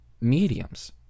mediums